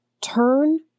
turn